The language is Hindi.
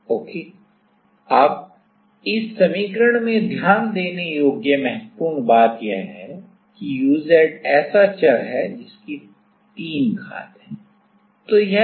ओके अब इस समीकरण में ध्यान देने योग्य महत्वपूर्ण बात यह है कि uz ऐसा चर है जिसकी घात तीन है